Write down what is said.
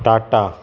Tata